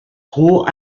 gros